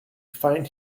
find